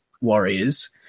Warriors